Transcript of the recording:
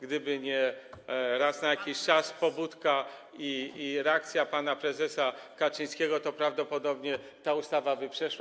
Gdyby nie raz na jakiś czas pobudka i reakcja pana prezesa Kaczyńskiego, to prawdopodobnie ta ustawa by przeszła.